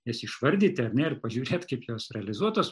jas išvardyti ar ne ir pažiūrėt kaip jos realizuotos